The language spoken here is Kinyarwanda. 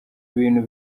ibintu